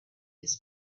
his